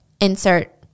insert